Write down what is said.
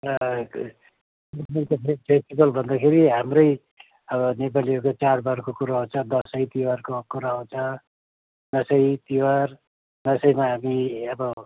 र फेस्टिबल भन्दाखेरि हाम्रै अब नेपालीहरूको चाडबाडको कुरा आउँछ दसैँ तिहारको कुरो आउँछ दसैँ तिहार दसैँमा हामी अब